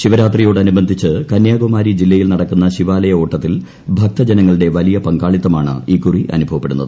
ശിവരാത്രിയോടനുബന്ധിച്ച് കന്യാകുമാരി ജില്ലയിൽ നടക്കുന്ന ശിവാലയ ഓട്ടത്തിൽ ഭക്തജനങ്ങളുടെ വലിയ പങ്കാളിത്തമാണ് ഇക്കുറി അനുഭവപ്പെടുന്നത്